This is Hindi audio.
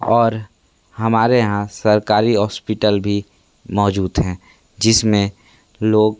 और हमारे यहाँ सरकारी हॉस्पिटल भी मौजूद हैं जिसमें लोग